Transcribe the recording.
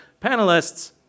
Panelists